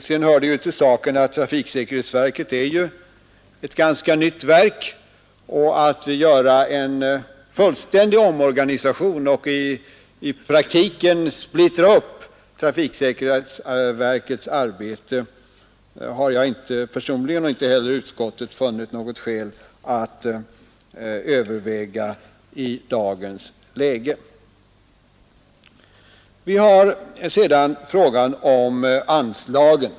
Sedan hör det till saken att trafiksäkerhetsverket ju är ett ganska nytt verk, och att göra en fullständig omorganisation och i praktiken splittra upp trafiksäkerhetsverkets arbete har jag personligen och inte heller utskottet funnit något skäl att överväga i dagens läge. Vi har sedan frågan om anslagen.